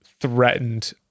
threatened